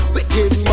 Wicked